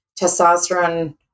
testosterone